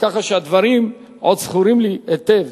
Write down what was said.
כך שהדברים עוד זכורים לי היטב.